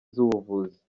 z’ubuvuzi